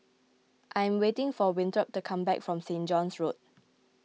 I am waiting for Winthrop to come back from Saint John's Road